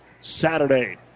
Saturday